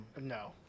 No